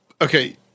okay